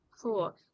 cool